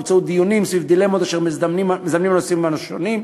באמצעות דיונים סביב דילמות אשר מזמנים הנושאים השונים,